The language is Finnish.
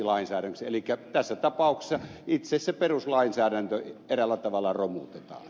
elikkä tässä tapauksessa itse se peruslainsäädäntö eräällä tavalla romutetaan